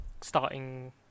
starting